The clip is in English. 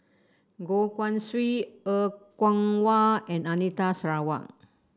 Goh Guan Siew Er Kwong Wah and Anita Sarawak